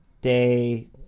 day